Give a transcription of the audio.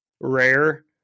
rare